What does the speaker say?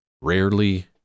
rarely